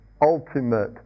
ultimate